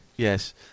Yes